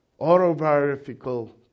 autobiographical